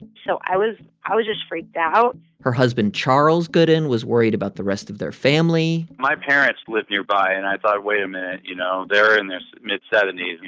and so i was i was just freaked out her husband, charles goodan, was worried about the rest of their family my parents live nearby. and i thought, wait a minute, you know? they're in their mid seventy s,